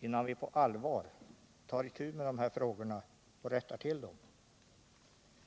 innan vi på allvar tar itu med de här frågorna och rättar till dem?